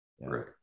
right